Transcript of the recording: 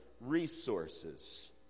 resources